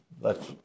lets